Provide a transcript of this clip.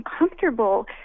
uncomfortable